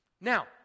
Now